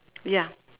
ya